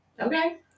Okay